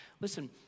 Listen